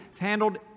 handled